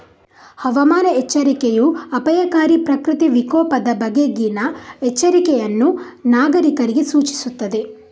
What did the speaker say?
ಹವಾಮಾನ ಎಚ್ಚರಿಕೆಯೂ ಅಪಾಯಕಾರಿ ಪ್ರಕೃತಿ ವಿಕೋಪದ ಬಗೆಗಿನ ಎಚ್ಚರಿಕೆಯನ್ನು ನಾಗರೀಕರಿಗೆ ಸೂಚಿಸುತ್ತದೆ